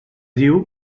diu